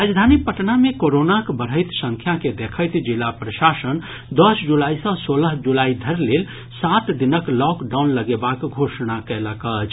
राजधानी पटना मे कोरोनाक बढ़ैत संख्या के देखैत जिला प्रशासन दस जुलाई सॅ सोलह जुलाई धरि लेल सात दिनक लॉकडाउन लगेबाक घोषणा कयलक अछि